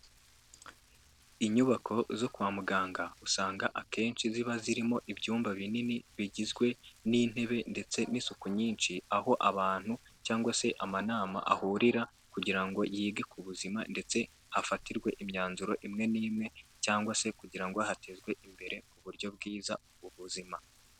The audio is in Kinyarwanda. Inyubako zo kwa muganga usanga akenshi ziba zirimo ibyumba binini bigizwe n'intebe ndetse n'isuku nyinshi, aho abantu cyangwa se amanama ahurira kugira ngo yige ku buzima ndetse hafatirwe imyanzuro imwe n'imwe cyangwa se kugira ngo hatezwe imbere uburyo bwiza mu buzima.